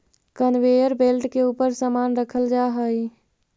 conveyor belt के ऊपर समान रखल जा हई